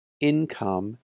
income